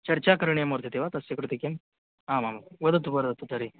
चर्चा करणीया वर्तते वा तस्य कृते किम् आमामां वदतु वदतु तर्हि